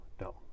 no